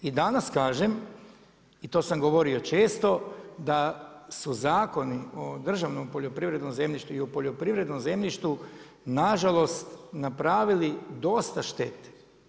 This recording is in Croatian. I danas kažem i to sam govorio često, da su zakoni o državnom poljoprivrednom zemljištu i o poljoprivrednom zemljištu, nažalost napravili dosta štete.